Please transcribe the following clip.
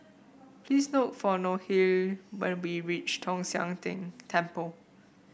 please look for Nohely when you be reach Tong Sian Tng Temple